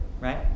right